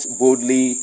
boldly